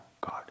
God